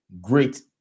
great